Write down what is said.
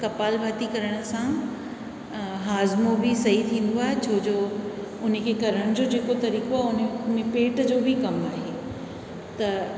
कपालभाति करण सां हाज़मो बि सही थींदो आहे छोजो हुनखे करण जो जेको तरीक़ो आहे हुन में पेट जो बि कमु आहे त